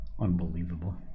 Unbelievable